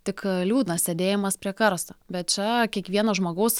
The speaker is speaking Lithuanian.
tik liūdnas sėdėjimas prie karsto bet čia kiekvieno žmogaus